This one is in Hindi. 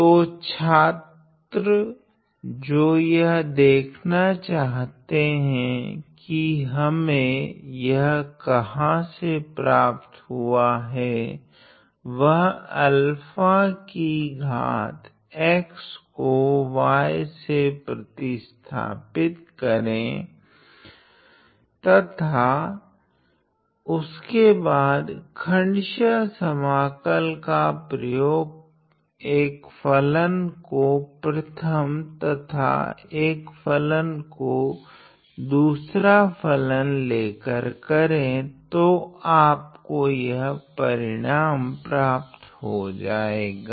तो छात्र जो यह देखना चाहते है कि हमे यह कहाँ से प्राप्त हुआ है वह अल्फा कि घात x को y से प्रतिस्थापित करे तथा उसके बाद खण्डसह समाकल का प्रयोग एक फलन को प्रथम तथा एक ओर फलन को दूसरा फलन लेकर करे तो आपको यह परिणाम प्राप्त होजाएगा